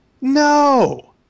No